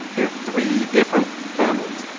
they're three different families.